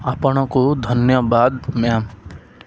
ଆପଣଙ୍କୁ ଧନ୍ୟବାଦ ମ୍ୟାମ୍